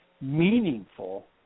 meaningful